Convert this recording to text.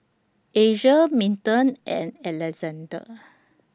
Asia Milton and Alexande